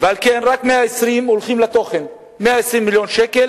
ועל כן רק 120 מיליון שקל